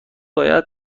باید